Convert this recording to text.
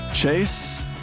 Chase